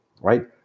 right